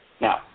Now